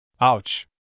Ouch